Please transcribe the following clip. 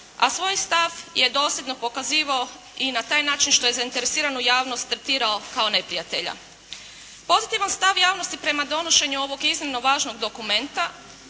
a svoj stav je dosljedno pokazivao i na taj način što je zainteresiranu javnost tretirao kao neprijatelja. Pozitivan stav javnosti prema donošenju ovog iznimno važnog dokumenta